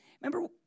Remember